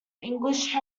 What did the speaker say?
english